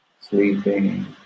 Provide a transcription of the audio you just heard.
sleeping